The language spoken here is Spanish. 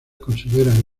consideran